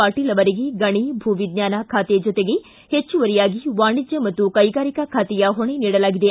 ಪಾಟೀಲ್ ಅವರಿಗೆ ಗಣಿ ಭೂ ವಿಜ್ಞಾನ ಖಾತೆ ಜೊತೆಗೆ ಹೆಚ್ಚುವರಿಯಾಗಿ ವಾಣಿಜ್ಯ ಮತ್ತು ಕೈಗಾರಿಕಾ ಖಾತೆಯ ಹೊಣೆ ನೀಡಲಾಗಿದೆ